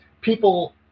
people